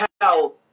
Hell